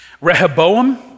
Rehoboam